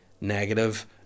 negative